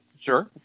sure